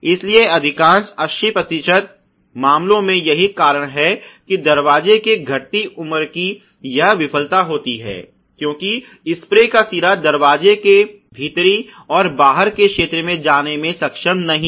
इसलिए अधिकांश 80 प्रतिशत मामलों में यही कारण है कि दरवाजे के घटती उम्र की यह विफलता होती है क्योंकि स्प्रे का सिरा दरवाजे के भीतर और बाहर के क्षेत्र में जाने में सक्षम नहीं है